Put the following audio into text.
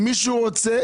אם מישהו רוצה,